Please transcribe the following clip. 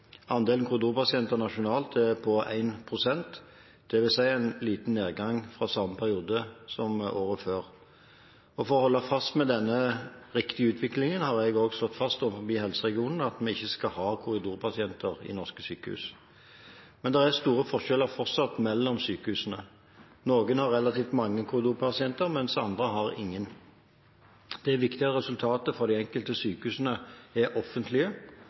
Andelen korridorpasienter nasjonalt er på 1 pst., dvs. en liten nedgang fra samme periode året før. For å holde fast ved denne riktige utviklingen har jeg slått fast overfor helseregionene at vi ikke skal ha korridorpasienter i norske sykehus. Men det er fortsatt store forskjeller mellom sykehusene. Noen har relativt mange korridorpasienter, andre har ingen. De viktige resultatene for de enkelte sykehusene er offentlige,